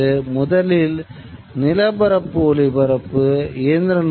இவை முதல் நிலை அதிர்வெண் பண்பேற்ற அலைகளாக சிக்னல்களைசேகரிக்க முடியும்